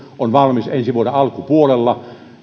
on valmis ensi vuoden alkupuolella